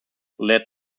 lead